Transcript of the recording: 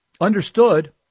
Understood